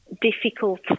difficult